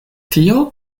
tio